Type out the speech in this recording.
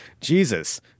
Jesus